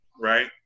right